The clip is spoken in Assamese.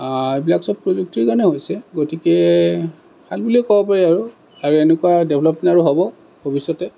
এইবিলাক চব প্ৰযুক্তিৰ কাৰণে হৈছে গতিকে ভাল বুলিয়ে ক'ব পাৰি আৰু আৰু এনেকুৱা ডেভলপমেণ্ট আৰু হ'ব ভৱিষ্যতে